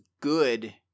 good